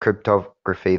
cryptography